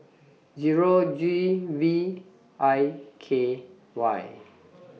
Zero G V I K Y